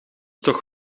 toch